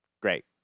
Great